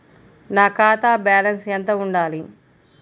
నా ఖాతా బ్యాలెన్స్ ఎంత ఉండాలి?